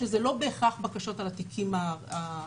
שזה לא בהכרח בקשות על התיקים הטיפוליים,